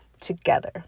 together